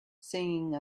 singing